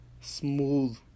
Smooth